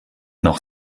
noch